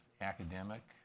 academic